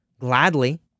gladly